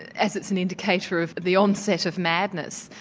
as it's an indicator of the onset of madness.